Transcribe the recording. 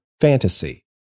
fantasy